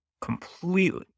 completely